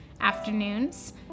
afternoons